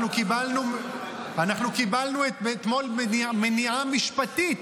אנחנו קיבלנו אתמול מניעה משפטית